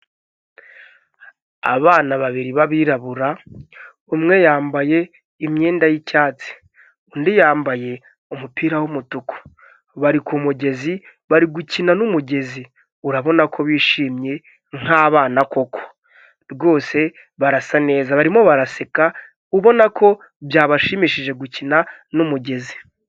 Abana babiri b'abirabura, umwe yambaye imyenda y'icyatsi, undi yambaye umupira w'umutuku, bari ku mugezi bari gukina n'umugezi, urabona ko bishimye nk'abana koko, rwose barasa neza, barimo baraseka ubona ko byabashimishije gukina n'umugezi.